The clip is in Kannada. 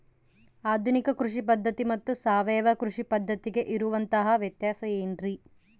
ಆಧುನಿಕ ಕೃಷಿ ಪದ್ಧತಿ ಮತ್ತು ಸಾವಯವ ಕೃಷಿ ಪದ್ಧತಿಗೆ ಇರುವಂತಂಹ ವ್ಯತ್ಯಾಸ ಏನ್ರಿ?